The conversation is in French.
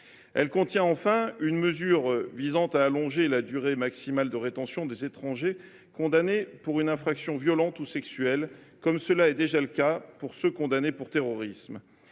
également prévue une mesure visant à allonger la durée maximale de rétention des étrangers condamnés pour une infraction violente ou sexuelle, comme cela est déjà le cas pour ceux qui sont condamnés pour terrorisme.